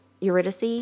Eurydice